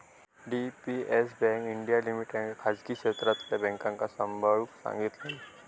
DBS bank India लिमिटेडका खासगी क्षेत्रातल्या बॅन्कांका सांभाळूक सांगितल्यानी